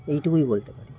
এইটুকুই বলতে পারি